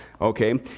okay